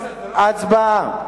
הצבעה.